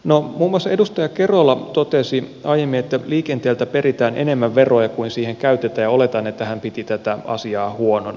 muun muassa edustaja kerola totesi aiemmin että liikenteeltä peritään enemmän veroja kuin siihen käytetään ja oletan että hän piti tätä asiaa huonona